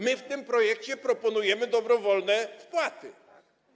My w tym projekcie proponujemy dobrowolne wpłaty.